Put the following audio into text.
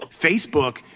facebook